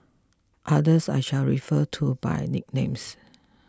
others I shall refer to by nicknames